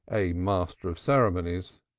a master of ceremonies.